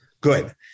Good